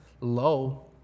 low